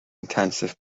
intensive